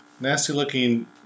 nasty-looking